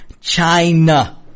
China